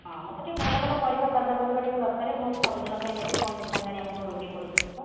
ହଁ ମୋତେ ଟିକେ ଭଲ ଭଲ ପରିବା ତାଜା ପରିବା ଟିକେ ଦରକାର ମୁଁ ସବୁଦିନ ପାଇଁ ନେବି ପନ୍ଦର ଦିନ ହେଲାଣି ଆମ ଘରେ ରୋଗୀ ପଡ଼ିଛନ୍ତି ତ